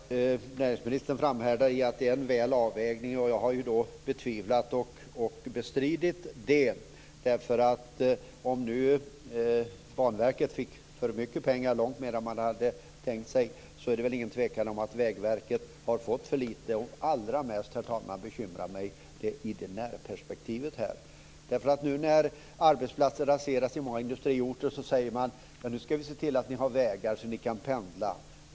Herr talman! Näringsministern framhärdar i att det är en god avvägning. Jag har betvivlat och bestridit det, därför att om nu Banverket fick för mycket pengar, mer än man hade tänkt sig, råder det väl inget tvivel om att Vägverket har fått för lite. Allra mest, herr talman, bekymrar mig det nära perspektivet. Nu när arbetsplatser raseras på många industriorter säger man: Nu ska vi se till att ni har vägar, så att ni kan pendla.